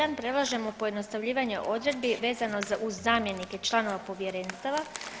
U st. 1. predlažemo pojednostavljivanje odredbi vezano uz zamjenike članova povjerenstava.